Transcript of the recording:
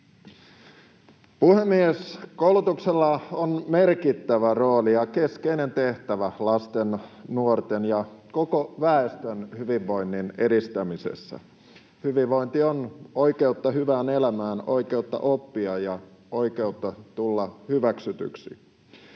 Puhemies! Koulutuksella on merkittävä rooli ja keskeinen tehtävä lasten, nuorten ja koko väestön hyvinvoinnin edistämisessä. Hyvinvointi on oikeutta hyvään elämään, oikeutta oppia ja oikeutta tulla hyväksytyksi.